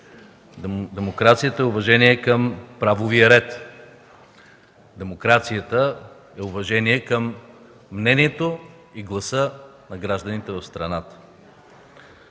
Демокрацията е уважение към правовия ред. Демокрацията е уважение към мнението и гласа на гражданите в страната.